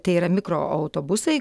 tai yra mikroautobusai